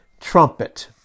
trumpet